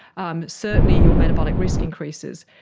um certainly your metabolic risk increases.